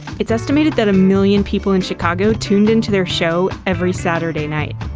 it's estimated that a million people in chicago tuned into their show every saturday night.